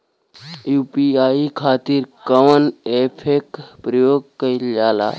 UPI खातीर कवन ऐपके प्रयोग कइलजाला?